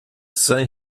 say